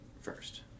first